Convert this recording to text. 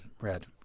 red